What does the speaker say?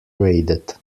raided